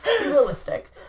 Realistic